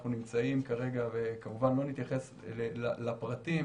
אנחנו נמצאים כרגע וכמובן לא נתייחס לפרטים